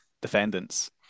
defendants